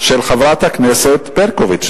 לחלופין של חברת הכנסת ברקוביץ.